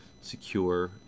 secure